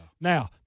Now